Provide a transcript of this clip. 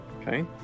okay